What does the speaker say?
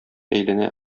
әйләнә